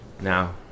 Now